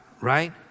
right